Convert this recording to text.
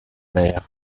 mer